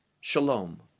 Shalom